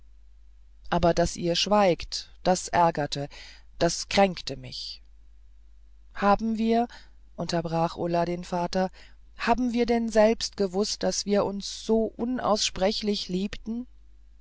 aber daß ihr schwiegt das ärgerte das kränkte mich haben wir unterbrach ulla den vater haben wir denn selbst gewußt daß wir uns so unaussprechlich liebten